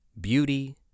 beauty